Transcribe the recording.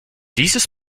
dieses